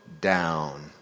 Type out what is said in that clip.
Down